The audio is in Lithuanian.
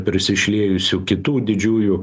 prisišliejusių kitų didžiųjų